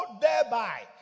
thereby